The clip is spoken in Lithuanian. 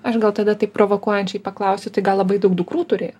aš gal tada taip provokuojančiai paklausiu tai gal labai daug dukrų turėjo